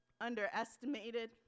underestimated